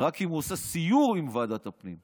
רק אם הוא עושה סיור עם ועדת הפנים.